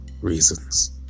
reasons